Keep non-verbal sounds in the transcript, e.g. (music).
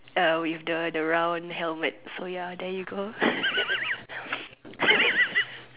uh with the the round helmet so ya there you go (laughs)